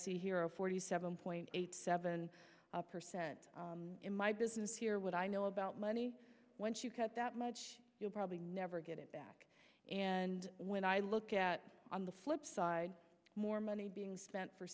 see here a forty seven point eight seven percent in my business here what i know about money once you cut that much you'll probably never get it back and when i look at on the flip side more money being spent for